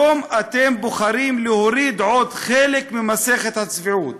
היום אתם בוחרים להוריד עוד חלק ממסכת הצביעות.